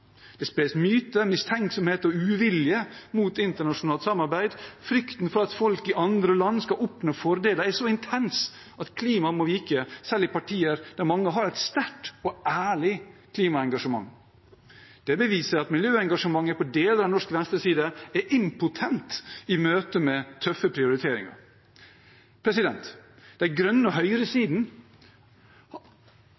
Det spres myter, mistenksomhet og uvilje mot internasjonalt samarbeid. Frykten for at folk i andre land skal oppnå fordeler, er så intens at klimaet må vike, selv i partier der mange har et sterkt og ærlig klimaengasjement. Det beviser at miljøengasjementet på deler av norsk venstreside er impotent i møtet med tøffe prioriteringer. De Grønne og